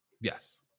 Yes